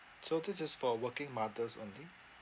so this is for working mothers only